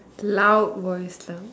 loud voice lah